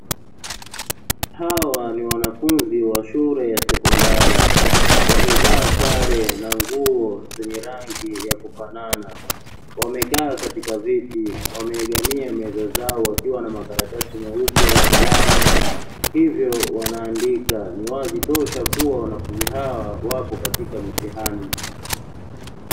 Hawa ni wanafunzi wa shule ya sekondari wamevaa sare na nguo zenye rangi ya kufanana, wamekaa katika viti wameegamia meza zao wakiwa wakiwa na makaratasi meupe na kalamu hivyo wanaandika, ni wazi tosha kuwa wananfunzi hawa wapo katika mitihani.